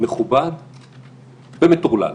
מכובד ומטורלל.